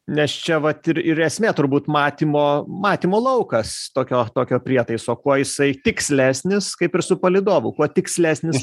nes čia vat ir ir esmė turbūt matymo matymo laukas tokio tokio prietaiso kuo jisai tikslesnis kaip ir su palydovu kuo tikslesnis